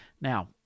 Now